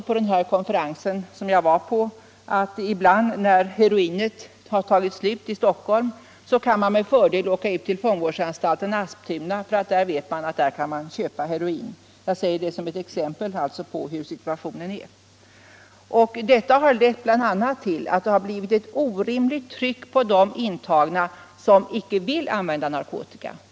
På den konferens som jag deltog i sades det också att när heroinet har tagit slut i Stockholm kan man med fördel åka ut till fångvårdsanstalten Asptuna, ty där kan man alltid köpa heroin. Jag säger detta som exempel på hurdan situationen är. Detta har bl.a. lett till att det har blivit ett orimligt tryck på de intagna som inte vill använda narkotika.